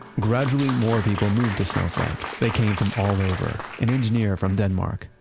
gradually, more people moved to snowflake. they came from all over an engineer from denmark,